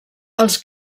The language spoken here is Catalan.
els